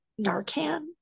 Narcan